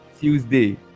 tuesday